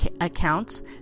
accounts